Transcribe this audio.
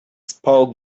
spoke